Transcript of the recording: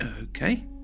Okay